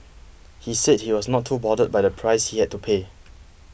he said he was not too bothered by the price he had to pay